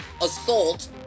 assault